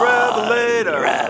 Revelator